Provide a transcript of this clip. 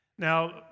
Now